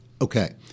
Okay